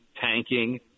tanking